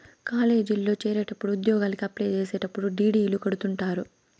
కాలేజీల్లో చేరేటప్పుడు ఉద్యోగలకి అప్లై చేసేటప్పుడు డీ.డీ.లు కడుతుంటారు